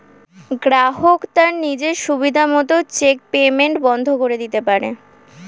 গ্রাহক তার নিজের সুবিধা মত চেক পেইমেন্ট বন্ধ করে দিতে পারে